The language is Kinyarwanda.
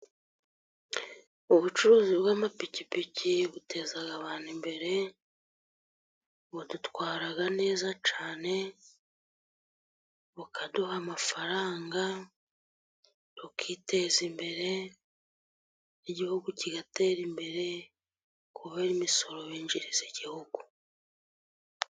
Ubucuruzi bw'amapikipiki buteza abantu imbere, budutwara neza cyane bukaduha amafaranga tukiteza imbere, igihugu kigatera imbere kubera imisoro binjiriza igihugu.